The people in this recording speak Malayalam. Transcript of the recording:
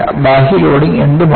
ബാഹ്യ ലോഡിംഗ് എന്തും ആകാം